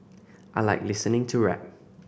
I like listening to rap